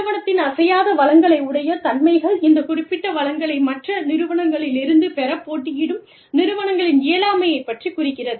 நிறுவனத்தின் அசையாத வளங்களை உடைய தன்மைகள் இந்த குறிப்பிட்ட வளங்களை மற்ற நிறுவனங்களிலிருந்து பெறப் போட்டியிடும் நிறுவனங்களின் இயலாமையைப் பற்றிக் குறிக்கிறது